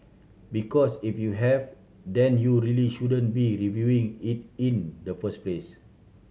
because if you have then you really shouldn't be reviewing it in the first place